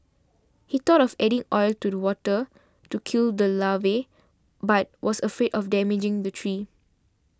he thought of adding oil to the water to kill the larvae but was afraid of damaging the tree